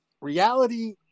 reality